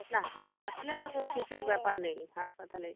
না হাসপাতালে তো ফিসের ব্যাপার নেই হাসপাতালে